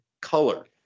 color